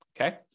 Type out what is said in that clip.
okay